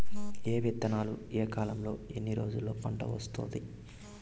ఏ విత్తనాలు ఏ కాలంలో ఎన్ని రోజుల్లో పంట వస్తాది?